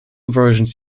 versions